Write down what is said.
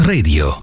Radio